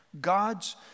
God's